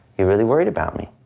you really worried about me?